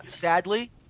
sadly